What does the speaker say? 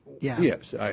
Yes